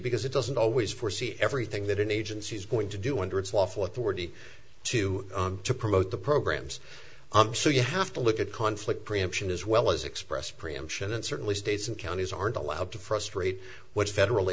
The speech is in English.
because it doesn't always foresee everything that an agency is going to do under its lawful authority to to promote the programs i'm sure you have to look at conflict preemption as well as express preemption and certainly states and counties aren't allowed to frustrate what federal